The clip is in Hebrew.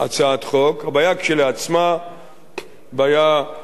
הבעיה כשלעצמה בעיה חריפה,